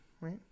right